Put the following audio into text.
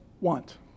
want